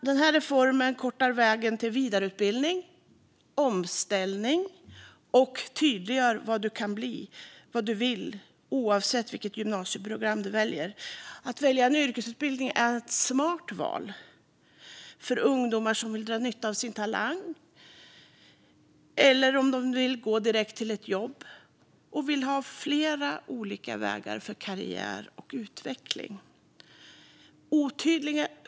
Den här reformen kortar vägen till vidareutbildning och omställning och tydliggör att man kan bli vad man vill oavsett vilket gymnasieprogram man väljer. Att välja en yrkesutbildning är ett smart val för ungdomar som vill dra nytta av sin talang, vill gå direkt till ett jobb och vill ha flera olika vägar för karriär och utveckling.